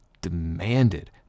demanded